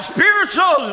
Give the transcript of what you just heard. Spiritual